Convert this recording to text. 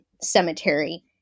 cemetery